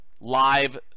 live